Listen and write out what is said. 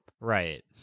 Right